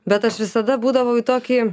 bet aš visada būdavau į tokį